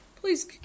Please